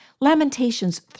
Lamentations